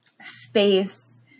space